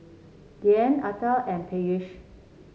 Dhyan Atal and Peyush